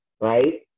right